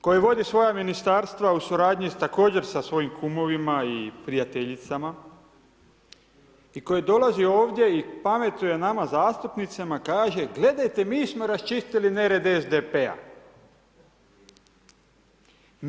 Koji vodi svoja ministarstva u suradnji, također s svojim kumovima i prijateljicama i koji dolazi ovdje i pametuje nama zastupnicama kaže, gledajte mi smo raščistili nered SDP-a.